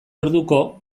orduko